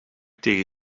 tegen